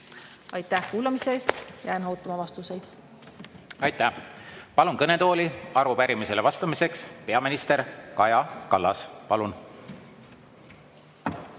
Aitäh kuulamise eest! Jään ootama vastuseid. Aitäh! Palun kõnetooli arupärimisele vastamiseks peaminister Kaja Kallase.